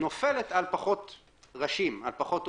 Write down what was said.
נופלת על פחות ראשים, על פחות הורים,